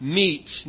meets